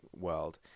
world